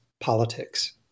politics